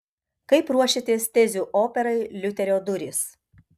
kaip ruošiatės tezių operai liuterio durys